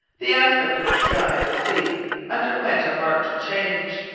the aspect of the sky and the sea underwent a marked change.